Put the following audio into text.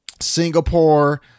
Singapore